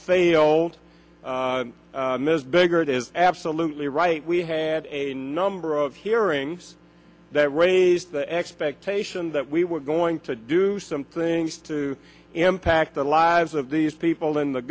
failed ms bigger it is absolutely right we had a number of hearings that raised the expectation that we were going to do some things to impact the lives of these people in the